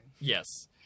Yes